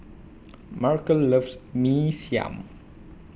Markel loves Mee Siam